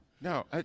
No